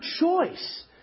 choice